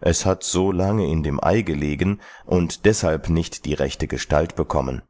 es hat so lange in dem ei gelegen und deshalb nicht die rechte gestalt bekommen